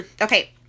Okay